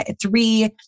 three